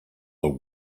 are